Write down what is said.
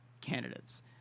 candidates